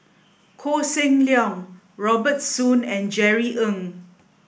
Koh Seng Leong Robert Soon and Jerry Ng